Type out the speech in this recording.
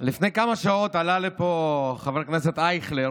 לפני כמה שעות עלה לפה חבר הכנסת אייכלר